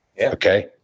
Okay